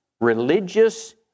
religious